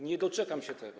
Nie doczekam się tego.